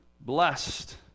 Blessed